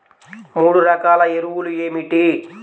మూడు రకాల ఎరువులు ఏమిటి?